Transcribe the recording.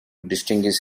distinguish